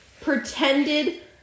pretended